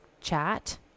chat